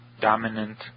dominant